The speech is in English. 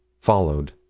followed.